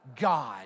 God